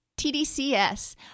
TDCS